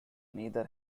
neither